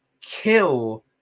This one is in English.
kill